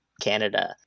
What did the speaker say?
Canada